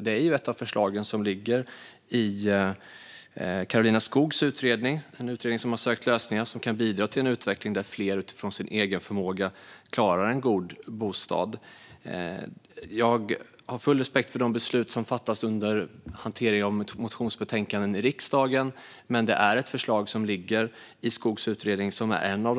Det är ett av förslagen i Karolina Skogs utredning, som har sökt lösningar för att bidra till en utveckling där fler utifrån sin egen förmåga klarar att få en god bostad. Jag har full respekt för de beslut som fattas under hanteringen av motionsbetänkanden i riksdagen. Men ett av förslagen i Skogs utredning är ett av